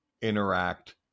interact